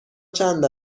چند